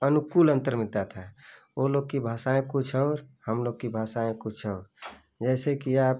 अनुकूल अंतर मिलता था वो लोग की भासाएँ कुछ और हम लोग की भासाएँ कुछ और जैसे कि आप